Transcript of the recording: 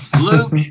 Luke